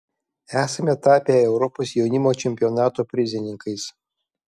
esame tapę europos jaunimo čempionato prizininkais